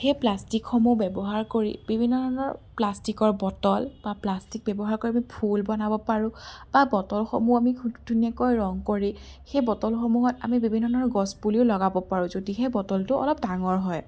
সেই প্লাষ্টিকসমূহ ব্যৱহাৰ কৰি বিভিন্ন ধৰণৰ প্লাষ্টিকৰ বটল বা প্লাষ্টিক ব্যৱহাৰ কৰি আমি ফুল বনাব পাৰোঁ বা বটলসমূহ আমি খুব ধুনীয়াকৈ ৰং কৰি সেই বটলসমূহত আমি বিভিন্ন ধৰণৰ গছপুলিও লগাব পাৰোঁ যদিহে বটলটো অলপ ডাঙৰ হয়